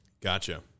Gotcha